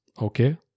Okay